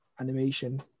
animation